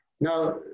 Now